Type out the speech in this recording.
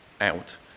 out